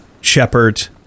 Shepard